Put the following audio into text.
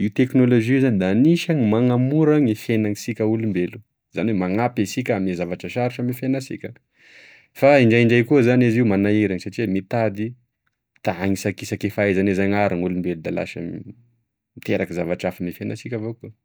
io teknolozia io zany da anisany manamora gne fiainansika olobelo zany oe manampy asika ame zavatry sarotra ame fiainasika fa indraindray koa zany izy io manahirany satria mitady ta anisakisaky e fahaizagne zanahary gn'olombelo da lasa meteraky zavatry afa ame fiainasika avao koa.